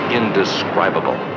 indescribable